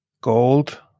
Gold